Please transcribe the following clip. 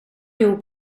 ihop